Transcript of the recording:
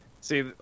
See